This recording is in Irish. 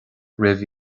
roimh